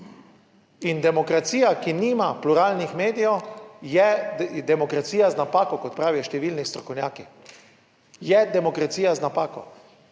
In demokracija, ki nima pluralnih medijev, je demokracija z napako, kot pravijo številni strokovnjaki, je demokracija z napako.